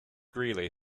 greeley